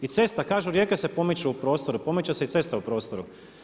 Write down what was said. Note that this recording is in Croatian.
I cesta, kažu rijeke se pomiču u prostoru, pomiče se i cesta u prostoru.